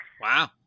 Wow